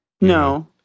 no